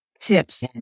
tips